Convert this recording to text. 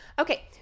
Okay